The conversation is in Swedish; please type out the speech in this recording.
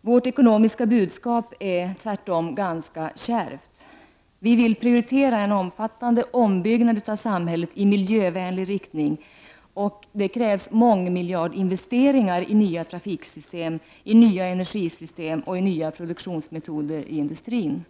Vårt ekonomiska budskap är tvärtom ganska kärvt. Vi vill prioritera en omfattande ombyggnad av samhället i miljövänlig riktning. Det krävs mångmiljardinvesteringar i nya trafiksystem, nya energisystem och nya produktionsmetoder i industrin.